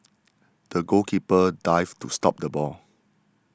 the goalkeeper dived to stop the ball